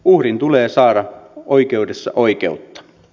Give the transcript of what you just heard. uhrin tulee saada oikeudessa oikeutta